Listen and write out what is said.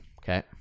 Okay